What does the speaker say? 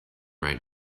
right